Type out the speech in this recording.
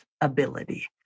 ability